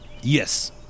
Yes